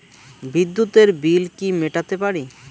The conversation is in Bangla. বিদ্যুতের বিল কি মেটাতে পারি?